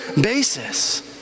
basis